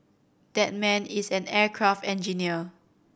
that man is an aircraft engineer